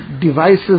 devices